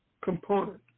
component